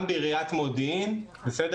גם בעיריית מודיעין, בסדר?